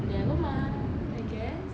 never mind I guess